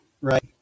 right